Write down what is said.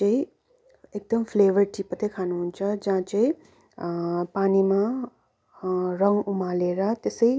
चाहिँ एकदम फ्लेभर टीमात्रै खानुहुन्छ जहाँ चाहिँ पानीमा रङ उमालेर त्यसै